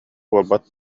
буолбат